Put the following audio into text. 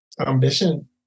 ambition